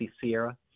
Sierra